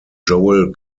joel